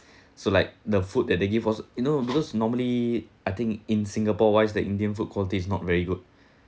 so like the food that they give us you know because normally I think in singapore wise the indian food quality is not very good